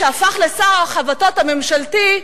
שהפך לשר החבטות הממשלתי,